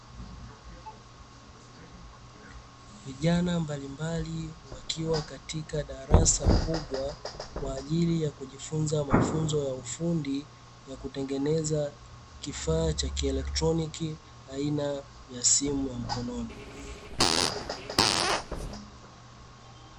Vijana mbalimbali wakiwa katika darasa kubwa kwa ajili ya kujifunza mafunzo ya ufundi ya kutengeneza kifaa cha kielektroniki aina ya simu ya mkononi.